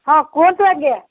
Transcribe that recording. ହଁ କୁହନ୍ତୁ ଆଜ୍ଞା